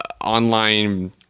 online